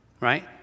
right